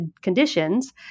conditions